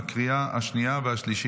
לקריאה השנייה והשלישית.